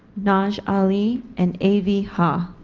naj ali, and aivy ha